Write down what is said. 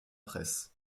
presse